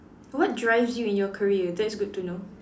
what drives you in your career that's good to know